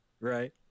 right